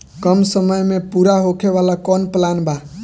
कम समय में पूरा होखे वाला कवन प्लान बा?